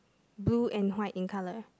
blue and white in colour